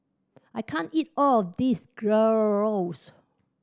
I can't eat all of this Gyros